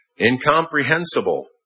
incomprehensible